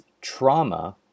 trauma